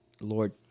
Lord